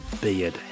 Beard